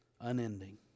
unending